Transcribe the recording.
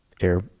Air